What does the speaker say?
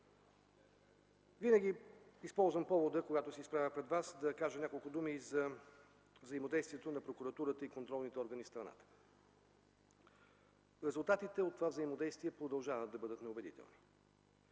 Винаги използвам повода, когато се изправя пред вас, да кажа няколко думи за взаимодействието на прокуратурата и контролните органи в страната. Резултатите от това взаимодействие продължават да бъдат неубедителни.